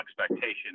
expectations